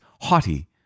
haughty